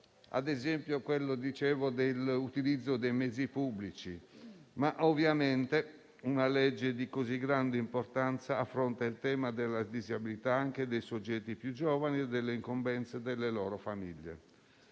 attività quotidiana, come l'utilizzo dei mezzi pubblici. Ovviamente una legge di tale importanza affronta il tema della disabilità anche dei soggetti più giovani e delle incombenze per le loro famiglie.